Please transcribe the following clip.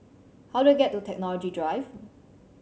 how do I get to Technology Drive